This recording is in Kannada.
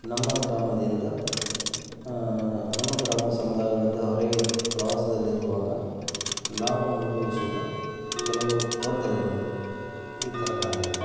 ನಮ್ಮ ಗ್ರಾಮದಿಂದ ನಮ್ಮ ಗ್ರಾಮ ಸಮುದಾಯಗಳಿಂದ ಹೊರಗೆ ಪ್ರವಾಸದಲ್ಲಿರುವಾಗ ನಾವು ಅನುಭವಿಸಿದ ಕೆಲವು ತೊಂದರೆಗಳು ಈ ಥರವಾಗಿವೆ